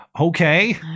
Okay